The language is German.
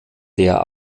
der